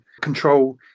control